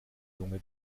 lunge